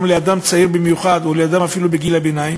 במיוחד לאדם צעיר ואפילו לאדם בגיל הביניים,